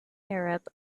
arab